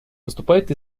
поступает